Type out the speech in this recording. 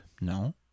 No